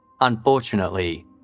Unfortunately